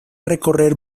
recorrer